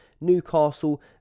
Newcastle